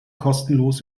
kostenlos